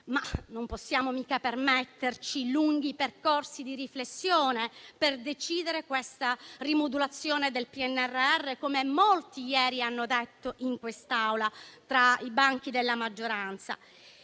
ma non possiamo mica permetterci lunghi percorsi di riflessione per decidere la rimodulazione del PNRR, come molti ieri hanno detto in quest'Aula, tra i banchi della maggioranza.